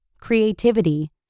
creativity